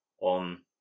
on